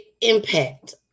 impact